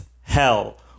Hell